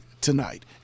Tonight